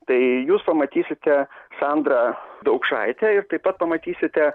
tai jūs pamatysite sandrą daukšaitę ir taip pat pamatysite